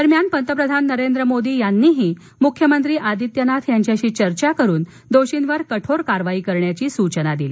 दरम्यान पंतप्रधान नरेंद्र मोदी यांनीही मुख्यमंत्री आदित्यनाथ यांच्याशी चर्चा करून दोषींवर कठोर कारवाई करण्याचीसुचना दिली